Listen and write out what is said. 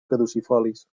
caducifolis